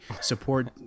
Support